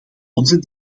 onze